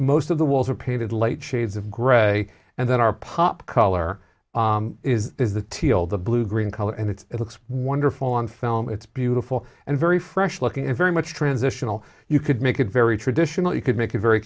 most of the walls were painted light shades of gray and then our pop color is the teal the blue green color and it's it looks wonderful on film it's beautiful and very fresh looking and very much transitional you could make it very traditional you could make a very